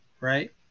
right